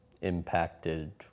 impacted